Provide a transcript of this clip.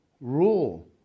rule